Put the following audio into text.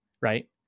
right